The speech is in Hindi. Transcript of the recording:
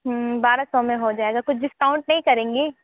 बारह सौ में हो जाएगा कुछ डिस्काउंट नहीं करेंगी